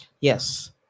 yes